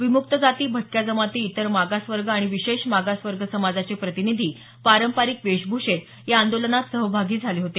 विमुक्त जाती भटक्या जमाती इतर मागासवर्ग आणि विशेष मागासवर्ग समाजाचे प्रतिनिधी पारंपरिक वेशभूषेत या आंदोलनात सहभागी झाले होते